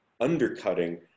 undercutting